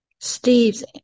Steve's